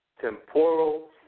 temporal